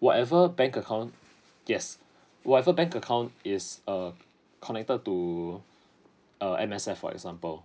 whatever bank account yes whatever bank account is err connected to uh M_S_F for example